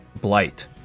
Blight